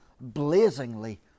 blazingly